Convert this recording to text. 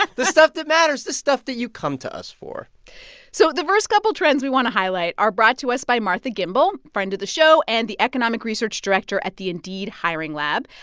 the stuff that matters, the stuff that you come to us for so the first couple trends we want to highlight are brought to us by martha gimbel, friend of the show and the economic research director at the indeed hiring lab.